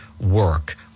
work